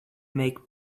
make